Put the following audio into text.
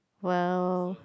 !wow!